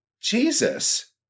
Jesus